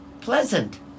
Pleasant